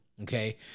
okay